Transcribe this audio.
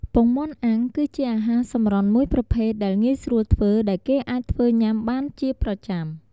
ពងមាន់អាំង គឺជាអាហារសម្រន់មួយប្រភេទដែលងាយស្រួលធ្វើ ដែលគេអាចធ្វើញ៉ាំបានជាប្រចាំ។